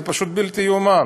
זה פשוט לא ייאמן,